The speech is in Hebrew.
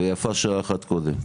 ויפה שעה אחת קודם.